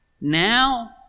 now